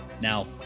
now